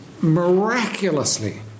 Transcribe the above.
miraculously